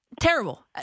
Terrible